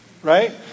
right